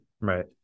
Right